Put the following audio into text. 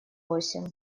восемь